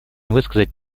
высказать